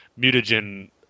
mutagen